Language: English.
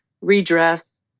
redress